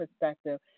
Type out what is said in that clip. perspective